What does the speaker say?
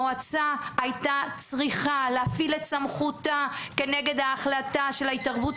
המועצה הייתה צריכה להפעיל את סמכותה כנגד ההחלטה של ההתערבות